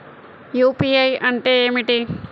UPI అంటే ఏమిటీ?